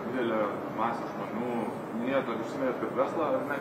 didelę masę žmonių minėjot dar užsiminėt kad verslą ar ne